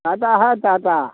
टाटा हय टाटा